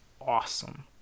awesome